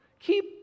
keep